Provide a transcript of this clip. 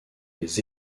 les